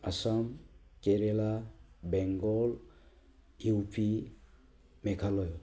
Assam Kerala Bengal U P Meghalaya